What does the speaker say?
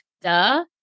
duh